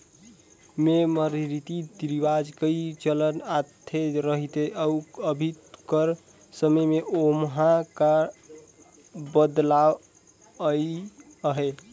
में हमर रीति रिवाज कइसे चलत आत रहिस अउ अभीं कर समे में ओम्हां का बदलाव अइस अहे